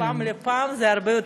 מפעם לפעם זה הרבה יותר טוב.